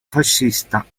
fascista